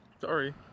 Sorry